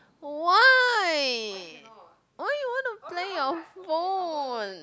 why why you wanna play your phone